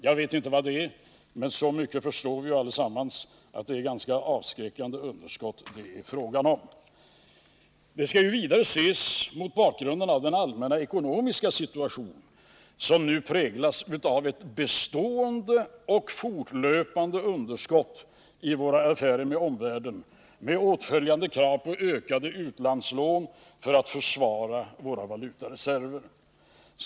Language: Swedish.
Jag vet inte hur stort det är, men så mycket förstår vi allesammans att det är fråga om ett ganska avskräckande underskott. Den skall vidare ses mot bakgrunden av den allmänna ekonomiska situationen, som nu präglas av ett bestående och fortlöpande underskott i våra affärer med omvärlden med åtföljande krav på ökade utlandslån för att försvara våra valutareserver.